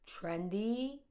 trendy